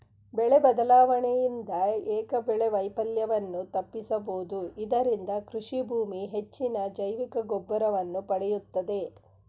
ಬೆಳೆ ಬದಲಾವಣೆಯಿಂದ ಏಕಬೆಳೆ ವೈಫಲ್ಯವನ್ನು ತಪ್ಪಿಸಬೋದು ಇದರಿಂದ ಕೃಷಿಭೂಮಿ ಹೆಚ್ಚಿನ ಜೈವಿಕಗೊಬ್ಬರವನ್ನು ಪಡೆಯುತ್ತದೆ